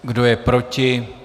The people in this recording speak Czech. Kdo je proti?